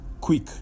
quick